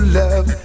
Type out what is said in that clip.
love